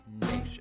nation